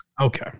Okay